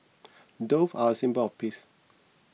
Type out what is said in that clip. doves are a symbol of peace